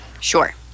Sure